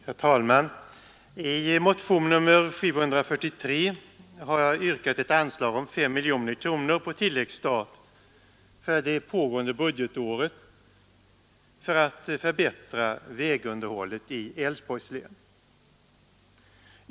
Herr talman! I motionen 743 har jag yrkat på ett anslag om 5 miljoner kronor på tilläggsstat för det pågående budgetåret för att förbättra vägunderhållet i Älvsborgs län.